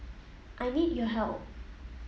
I need your help